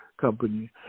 Company